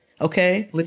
Okay